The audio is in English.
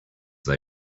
they